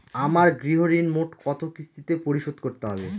আমার গৃহঋণ মোট কত কিস্তিতে পরিশোধ করতে হবে?